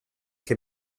che